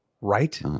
Right